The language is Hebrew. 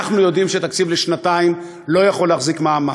אנחנו יודעים שתקציב לשנתיים לא יכול להחזיק מעמד.